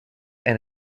and